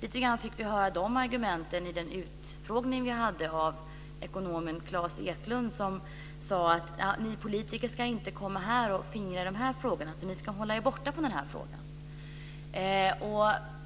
Vi fick höra lite av de argumenten i den utfrågning utskottet hade av ekonomen Klas Eklund. Han sade: Ni politiker ska inte komma här och fingra på de här frågorna! Ni ska hålla er borta från dem.